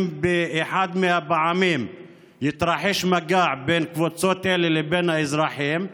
אם באחת מהפעמים יתרחש מגע בין קבוצות אלה לבין האזרחים?